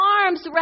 arms